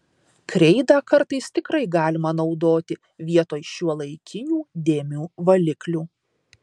kreidą kartais tikrai galima naudoti vietoj šiuolaikinių dėmių valiklių